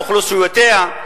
אוכלוסיותיה,